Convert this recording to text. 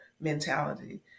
mentality